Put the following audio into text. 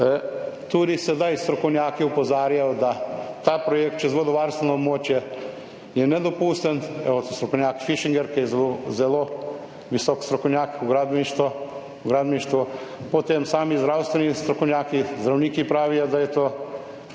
Tudi sedaj strokovnjaki opozarjajo, da ta projekt čez vodovarstveno območje je nedopusten. Evo, strokovnjak Fischinger, ki je zelo, zelo visok strokovnjak v gradbeništvo, gradbeništvo, potem sami zdravstveni strokovnjaki, zdravniki pravijo, da je to, da je